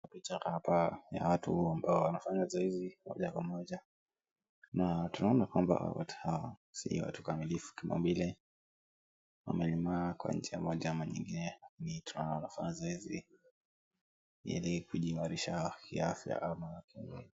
Picha hapa ya watu ambao wanafanya zoezi moja kwa moja, na tumnaona watu hawa si kamilifu kimaumbile, wamelemaa kwa njia moja ama nyingine. Tunaona wanafanya zoezi ili kujiimarisha kiafya ama kimwili.